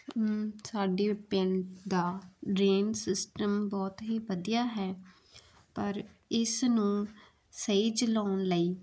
ਸਾਡੇ ਪਿੰਡ ਦਾ ਡਰੇਨ ਸਿਸਟਮ ਬਹੁਤ ਹੀ ਵਧੀਆ ਹੈ ਪਰ ਇਸ ਨੂੰ ਸਹੀ ਚਲਾਉਣ ਲਈ